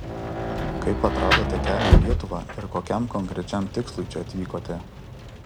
kaip atradote kelią į lietuvą ir kokiam konkrečiam tikslui čia atvykote